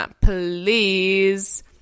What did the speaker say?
please